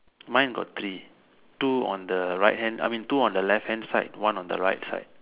mine got three two on the right hand I mean two on the left hand side one on the right side